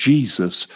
Jesus